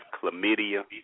chlamydia